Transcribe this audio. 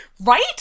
Right